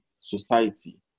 society